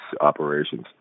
operations